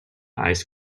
ice